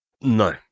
No